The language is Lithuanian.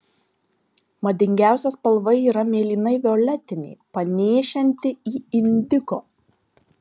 madingiausia spalva yra mėlynai violetinė panėšinti į indigo